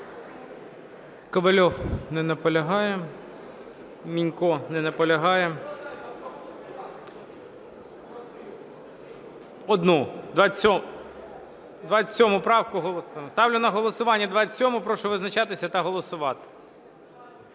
Ковальов не наполягає. Мінько не наполягає. Одну, 27 правку голосуємо. Ставлю на голосування 27-у. Прошу визначатися та голосувати.